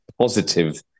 positive